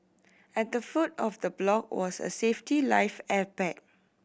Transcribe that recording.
at the foot of the block was a safety life air pack